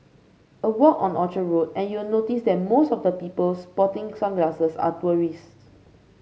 a walk on Orchard Road and you'll notice that most of the people sporting sunglasses are tourists